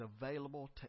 available